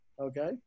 okay